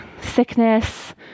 sickness